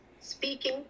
speaking